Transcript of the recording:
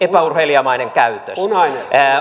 epäurheilijamainen käytös